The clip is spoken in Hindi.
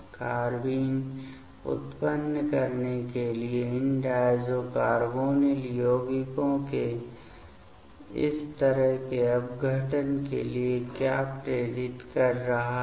कार्बाइन उत्पन्न करने के लिए इन डायज़ो कार्बोनिल यौगिकों के इस तरह के अपघटन के लिए क्या प्रेरित कर रहा है